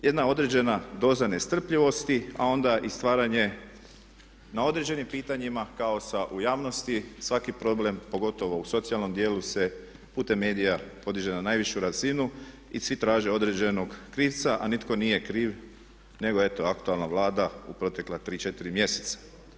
Jedna određena doza nestrpljivosti a onda i stvaranje na određenim pitanjima kaosa u javnosti, svaki problem pogotovo u socijalnom dijelu se putem medija podiže na najvišu razinu i svi traže određenog krivca a nitko nije kriv nego eto aktualna Vlada u protekla tri, četiri mjeseca.